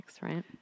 right